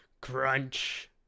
Crunch